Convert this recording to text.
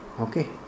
Okay